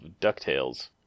ducktales